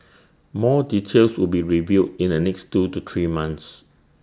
more details will be revealed in the next two to three months